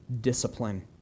discipline